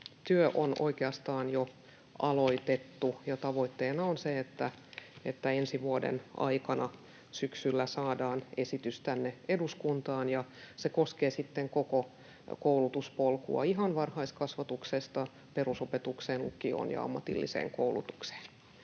työ on oikeastaan jo aloitettu. Tavoitteena on se, että ensi vuoden aikana, syksyllä, saadaan esitys tänne eduskuntaan. Se koskee sitten koko koulutuspolkua ihan varhaiskasvatuksesta perusopetukseen, lukioon ja ammatilliseen koulutukseen.